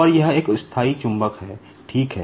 और यह एक स्थायी चुंबक है ठीक है